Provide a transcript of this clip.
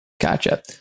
Gotcha